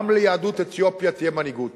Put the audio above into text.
גם ליהדות אתיופיה תהיה מנהיגות.